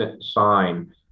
sign